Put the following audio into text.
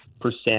percent